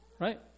Right